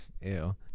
Ew